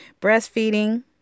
breastfeeding